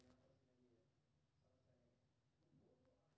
तिल स्वास्थ्यक लिहाज सं बहुत फायदेमंद होइ छै